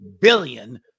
billion